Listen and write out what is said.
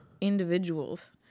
individuals